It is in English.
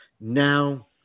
now